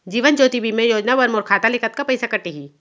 जीवन ज्योति बीमा योजना बर मोर खाता ले कतका पइसा कटही?